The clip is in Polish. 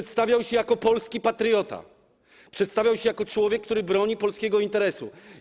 Przedstawiał się jako polski patriota, przedstawiał się jako człowiek, który broni polskiego interesu.